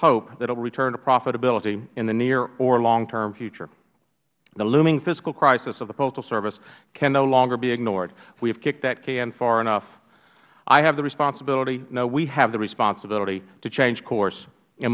hope that it will return to profitability in the near or long term future the looming fiscal crisis of the postal service can no longer be ignored we have kicked that can far enough i have the responsibility no we have the responsibility to change course